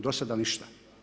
Do sada ništa.